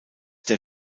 der